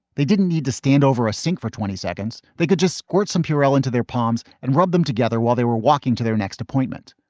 they didn't need to stand over a sink for twenty seconds. they could just squirt some purell into their palms and rub them together while they were walking to their next appointment.